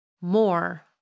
more